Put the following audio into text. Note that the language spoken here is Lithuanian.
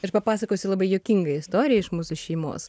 aš papasakosiu labai juokingą istoriją iš mūsų šeimos